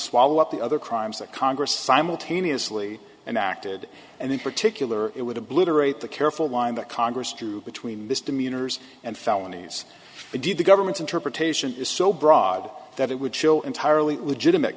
swallow up the other crimes that congress simultaneously and acted and in particular it would obliterate the careful line that congress through between misdemeanors and felonies indeed the government's interpretation is so broad that it would show entirely legitimate